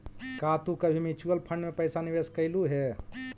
का तू कभी म्यूचुअल फंड में पैसा निवेश कइलू हे